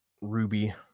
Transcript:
ruby